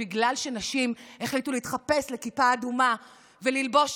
בגלל שנשים החליטו להתחפש לכיפה אדומה וללבוש